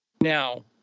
now